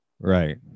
Right